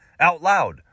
OUTLOUD